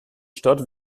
stadt